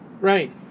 Right